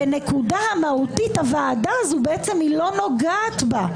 בנקודה המהותית, הוועדה לא נוגעת בה.